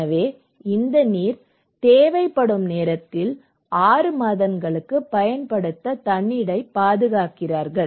எனவே இந்த நீர் தேவைப்படும் நேரத்தில் 6 மாதங்களுக்கு பயன்படுத்த தண்ணீரை பாதுகாக்கிறீர்கள்